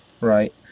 Right